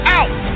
out